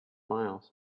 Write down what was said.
miles